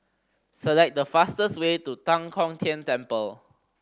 select the fastest way to Tan Kong Tian Temple